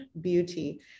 beauty